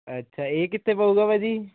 ਅੱਛਾ ਇਹ ਕਿੱਥੇ ਪਵੇਗਾ ਭਾਅ ਜੀ